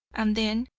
and then,